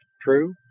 true.